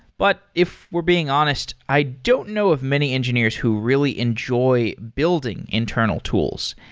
but if we're being honest, i don't know of many engineers who really enjoy building internal tools.